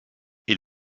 est